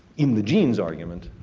in the gene's argument,